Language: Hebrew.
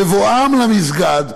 בבואם למסגד,